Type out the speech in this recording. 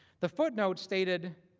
the footnote seated,